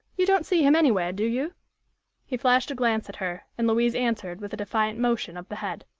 you don't see him anywhere, do you he flashed a glance at her, and louise answered with a defiant motion of the head.